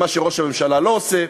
מה שראש הממשלה לא עושה,